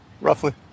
Roughly